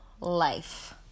life